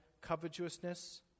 covetousness